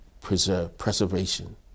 preservation